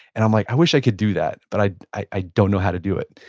and i'm like, i wish i could do that but i i don't know how to do it.